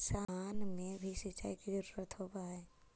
धान मे भी सिंचाई के जरूरत होब्हय?